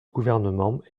gouvernement